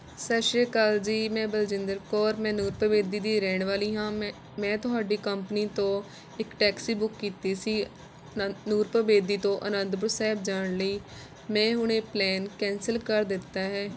ਸਤਿ ਸ਼੍ਰੀ ਅਕਾਲ ਜੀ ਮੈਂ ਬਲਜਿੰਦਰ ਕੌਰ ਮੈਂ ਨੁਰਪੂਰ ਬੇਦੀ ਦੀ ਰਹਿਣ ਵਾਲੀ ਹਾਂ ਮੈਂ ਮੈਂ ਤੁਹਾਡੀ ਕੰਪਨੀ ਤੋਂ ਇੱਕ ਟੈਕਸੀ ਬੁੱਕ ਕੀਤੀ ਸੀ ਨੂਰਪੁਰ ਬੇਦੀ ਤੋਂ ਅਨੰਦਪੁਰ ਸਾਹਿਬ ਜਾਣ ਲਈ ਮੈਂ ਹੁਣ ਇਹ ਪਲੈਨ ਕੈਂਸਲ ਕਰ ਦਿੱਤਾ ਹੈ